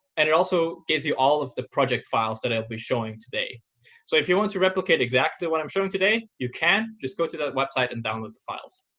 and it also gives you all of the project files that i'll be showing today so if you want to replicate exactly what i'm showing today, you can. just go to that website and download the files.